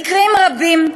במקרים רבים,